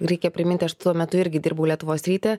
reikia primint aš tuo metu irgi dirbau lietuvos ryte